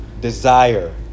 desire